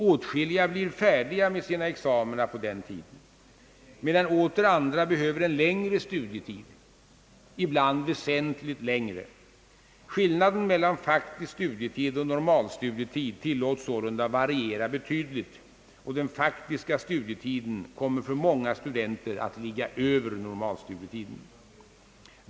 Åtskilliga studerande blir färdiga med sina examina på denna tid medan åter andra behöver en längre — ibland väsentligt längre — studietid. Skillnaden mellan faktisk studietid och normalstudietid tillåtes sålunda variera betydligt, och den faktiska studietiden kommer för många studenter att ligga över normalstudietiden.